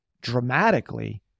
dramatically